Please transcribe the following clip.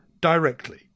directly